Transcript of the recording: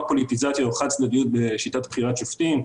פוליטיזציה או חד-צדדיות בשיטת בחירת שופטים.